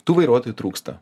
tų vairuotojų trūksta